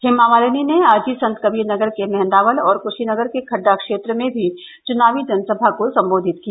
हेमा मालिनी ने आज ही संतकबीरनगर के मेहदावल और कुषीनगर के खड्डा क्षेत्र में भी चुनावी जनसभा को सम्बोधित किया